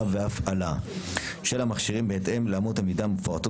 והפעלה של המכשירים בהתאם לאמות המידה המפורטות